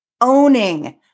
owning